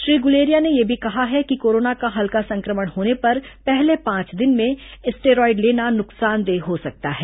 श्री गुलेरिया ने यह भी कहा है कि कोरोना का हल्का संक्रमण होने पर पहले पांच दिन में स्टेरॉएड लेना नुकसानदेह हो सकता है